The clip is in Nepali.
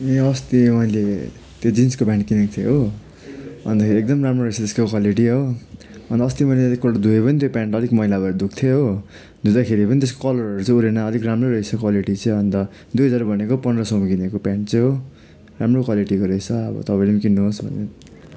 ए अस्ति मैले त्यो जिन्सको पेन्ट किनेको थिएँ हो अन्तखेरि एकदम राम्रो रहेछ त्यसको क्वालिटी हो अनि अस्ति मैले एकपल्ट धोएको पनि त्यो पेन्ट अलिक मैला भएर धोएको थिएँ हो धुँदाखेरि पनि त्यसको कलरहरू चाहिँ उडेन अलिक राम्रै रहेछ क्वालिटी चाहिँ अन्त दुई हजार भनेको पन्ध्र सौमा किनेको पेन्ट चाहिँ हो राम्रो क्वालिटीको रहेछ अब तपाईँले पनि किन्नुहोस् भनेर नि